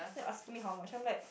then asking me how much I'm like